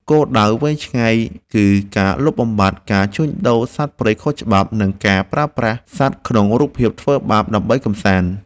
គោលដៅវែងឆ្ងាយគឺការលុបបំបាត់ការជួញដូរសត្វព្រៃខុសច្បាប់ និងការប្រើប្រាស់សត្វក្នុងរូបភាពធ្វើបាបដើម្បីកម្សាន្ត។